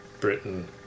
Britain